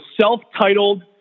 self-titled